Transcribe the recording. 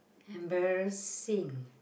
embarrassing